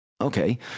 Okay